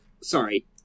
sorry